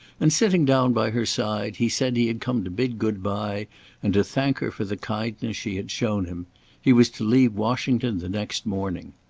and, sitting down by her side he said he had come to bid good-bye and to thank her for the kindness she had shown him he was to leave washington the next morning.